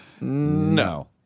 No